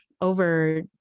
Over